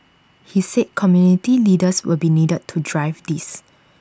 he said community leaders will be needed to drive this